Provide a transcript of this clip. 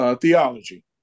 theology